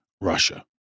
Russia